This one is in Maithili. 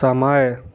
समय